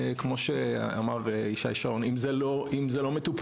כמו שאמר ישי שרון אם זה לא מטופל,